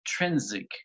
intrinsic